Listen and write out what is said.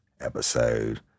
episode